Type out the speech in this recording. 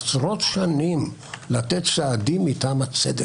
עשרות שנים לתת סעדים מטעם הצדק.